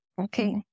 Okay